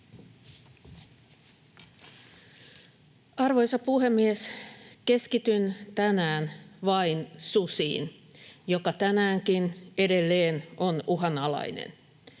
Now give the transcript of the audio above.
Arvoisa puhemies! Keskityn tänään vain susiin, jotka tänäänkin, edelleen, ovat uhanalaisia.